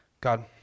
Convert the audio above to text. God